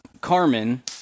Carmen